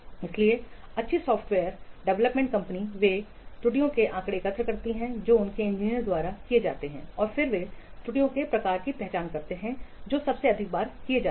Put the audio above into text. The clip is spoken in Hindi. इसलिए अच्छी सॉफ्टवेयर विकास कंपनियां वे त्रुटियों के आंकड़े एकत्र करती हैं जो उनके इंजीनियरों द्वारा किए जाते हैं और फिर वे त्रुटियों के प्रकारों की पहचान करते हैं जो सबसे अधिक बार किए जाते हैं